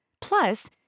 Plus